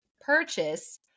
purchase